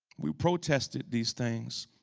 we protested these things.